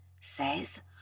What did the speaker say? says